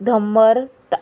धम्मर